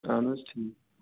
اہَن حظ ٹھیٖک